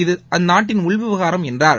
இது அந்நாட்டின் உள் விவகாரம் என்றார்